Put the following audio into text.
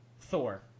Thor